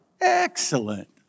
Excellent